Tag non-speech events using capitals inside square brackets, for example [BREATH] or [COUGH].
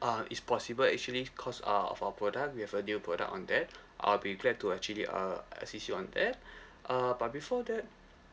uh is possible actually because uh of our product we have a new product on that I'll be glad to actually uh assist you on that [BREATH] err but before that